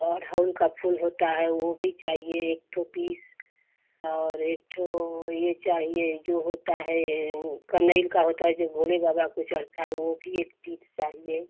अढ़उल का फूल होता है वो भी चाहिए एक ठो पीस और एक ठो ये चाहिए जो होता है वो कनइल का होता है जो भोले बाबा को चढ़ता है वो भी एक पीस चाहिए